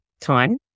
time